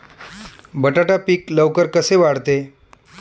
बटाटा पीक लवकर कसे वाढते?